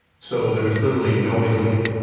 so there was literally no way to leave.